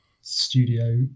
studio